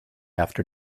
after